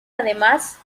además